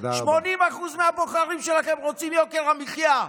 80% מהבוחרים שלכם רוצים יוקר המחיה,